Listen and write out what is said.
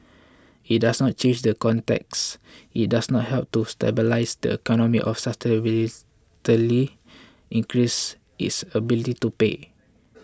it doesn't change the context it doesn't help to stabilise the economy or substantially increase its ability to pay